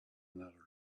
another